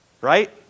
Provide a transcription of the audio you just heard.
right